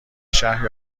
شهر